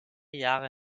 jahre